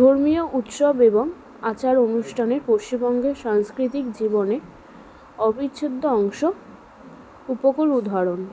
ধর্মীয় উৎসব এবং আচার অনুষ্ঠানে পশ্চিমবঙ্গের সাংস্কৃতিক জীবনের অবিচ্ছেদ্য অংশ উপকূল উদাহরণ